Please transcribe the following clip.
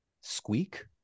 squeak